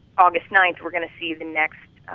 august ninth we're gonna see the next